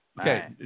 Okay